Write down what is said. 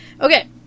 Okay